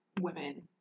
women